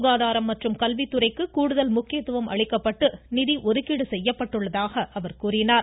சுகாதாரம் மற்றும கல்வித்துறைக்கு கூடுதல் முக்கியத்துவம் அளிக்கப்பட்டு நிதி ஒதுக்கீடு செய்யப்பட்டுள்ளதாக அவர் கூறினார்